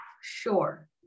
sure